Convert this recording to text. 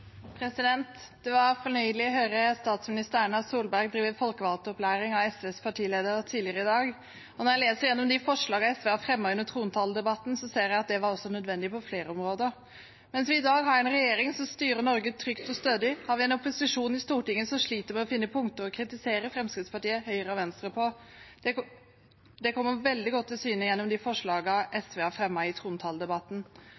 Det var fornøyelig å høre statsminister Erna Solberg drive folkevalgtopplæring av SVs partileder tidligere i dag, og når jeg leser gjennom de forslagene SV har fremmet under trontaledebatten, ser jeg også at det var nødvendig på flere områder. Mens vi i dag har en regjering som styrer Norge trygt og stødig, har vi en opposisjon på Stortinget som sliter med å finne punkter å kritisere Fremskrittspartiet, Høyre og Venstre for. Det kommer veldig godt til syne gjennom